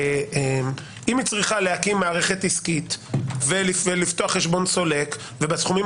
אם היא צריכה להקים מערכת עסקית ולפתוח חשבון סולק ובסכומים